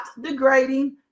degrading